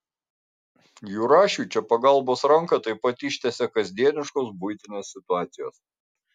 jurašiui čia pagalbos ranką taip pat ištiesia kasdieniškos buitinės situacijos